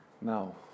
now